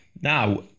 Now